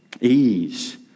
ease